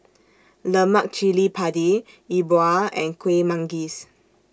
Lemak Cili Padi E Bua and Kuih Manggis